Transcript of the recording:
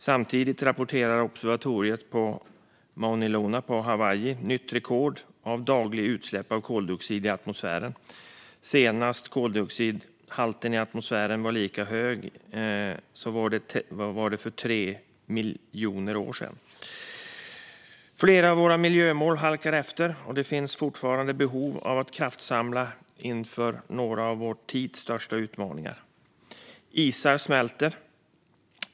Samtidigt rapporterar observatoriet på Mauna Loa på Hawaii nytt rekord för daglig koldioxidhalt i atmosfären. Senast koldioxidhalten i atmosfären var så hög var för 3 miljoner år sedan. Flera av våra miljömål halkar efter, och det finns fortfarande behov av att kraftsamla inför några av vår tids största utmaningar. Isar smälter.